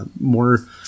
more